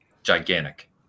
gigantic